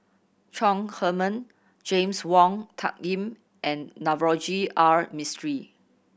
Chong Heman James Wong Tuck Yim and Navroji R Mistri